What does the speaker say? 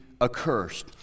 accursed